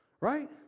right